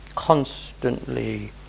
constantly